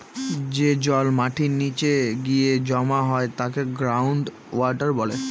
যে জল মাটির নীচে গিয়ে জমা হয় তাকে গ্রাউন্ড ওয়াটার বলে